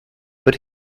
but